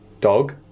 Dog